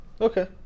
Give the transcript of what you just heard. Okay